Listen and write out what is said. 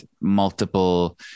multiple